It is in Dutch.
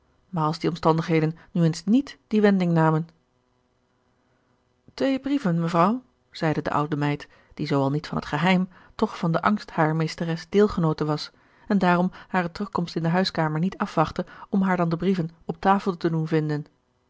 maar als die omstandigheden nu eens niet die wending namen twee brieven mevrouw zeide de oude meid die zoo al niet van het geheim toch van den angst harer meesteres deelgenoote was en daarom hare terugkomst in de huiskamer niet afwachtte om haar dan de brieven op tafel te doen vinden